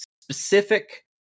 specific